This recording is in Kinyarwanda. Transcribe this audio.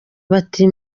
bati